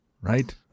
right